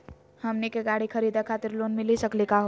हमनी के गाड़ी खरीदै खातिर लोन मिली सकली का हो?